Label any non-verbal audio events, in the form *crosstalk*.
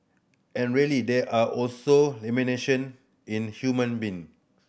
and really there are also *unintelligible* in human being